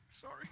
Sorry